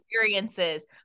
experiences